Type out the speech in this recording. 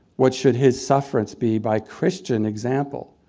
what should his sufferance be by christian example?